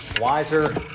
wiser